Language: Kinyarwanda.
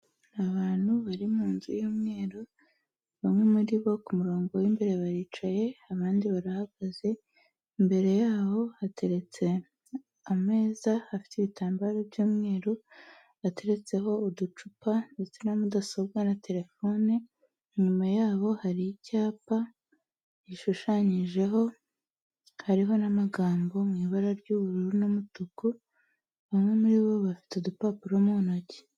Abantu bari mu nzu y'umweru bamwe muri bo ku murongo w'imbere baricaye abandi barahagaze imbere yaho hateretse ameza afite ibitambaro by'umweru ateretseho uducupa ndetse na mudasobwa na telefone, inyuma yabo hari icyapa gishushanyijeho, hariho n'amagambo mu ibara ry'ubururu n'umutuku, bamwe muri bo bafite udupapuro mu ntoki.